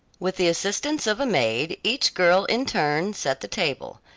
with the assistance of a maid each girl in turn set the table,